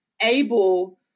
able